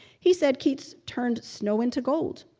he said keats turned snow into gold.